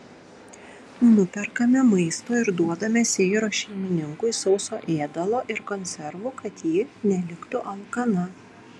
nuperkame maisto ir duodame seiros šeimininkui sauso ėdalo ir konservų kad ji neliktų alkana